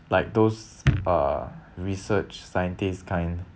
like those uh research scientist kind